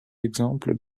exemples